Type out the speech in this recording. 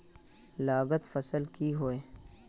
लागत फसल की होय?